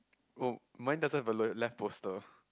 oh mine doesn't have a le~ left poster